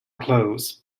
close